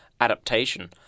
adaptation